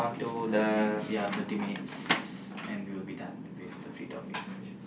I think ya thirty minutes and we'll be done with the free topic session